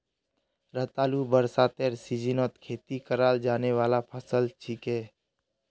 रतालू बरसातेर सीजनत खेती कराल जाने वाला फसल छिके